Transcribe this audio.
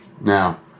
Now